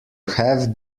have